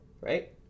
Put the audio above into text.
right